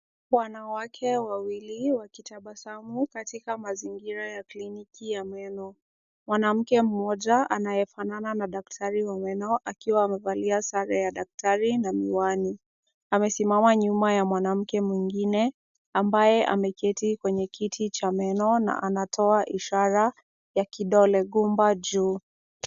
Wanawake wawili wakitabasamu katika mazingira ya Kliniki ya meno. Mwanamke mmoja anayefanana na daktari wa meno akiwa amevalia sare ya daktari na miwani. Amesimama nyuma ya mwanamke mwingine ambaye ameketi kwenye kiti cha meno na anatoa ishara ya kidole gumba juu.